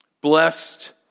Blessed